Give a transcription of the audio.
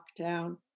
lockdown